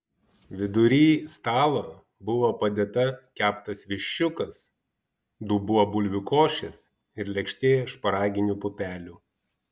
vidury stalo buvo padėta keptas viščiukas dubuo bulvių košės ir lėkštė šparaginių pupelių